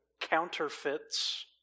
Counterfeits